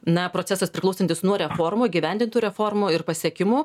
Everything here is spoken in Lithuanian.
na procesas priklausantis nuo reformų įgyvendintų reformų ir pasiekimų